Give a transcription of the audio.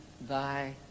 thy